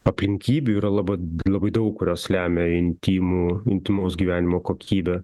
aplinkybių yra labai labai daug kurios lemia intymų intymaus gyvenimo kokybę